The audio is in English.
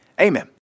Amen